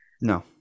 No